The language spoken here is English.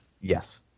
Yes